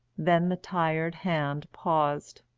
then the tired hand paused.